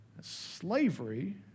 Slavery